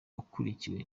akurikiwe